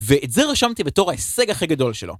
‫ואת זה רשמתי בתור ההישג ‫הכי גדול שלו.